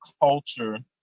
culture